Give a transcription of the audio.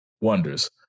wonders